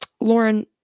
Lauren